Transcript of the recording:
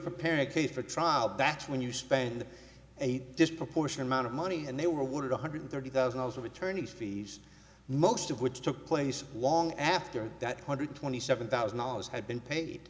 preparing a case for trial that's when you spend a disproportionate amount of money and they were awarded one hundred thirty thousand dollars of attorney fees most of which took place long after that hundred twenty seven thousand dollars had been paid